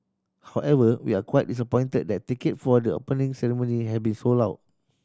however we're quite disappointed that ticket for the Opening Ceremony have been sold out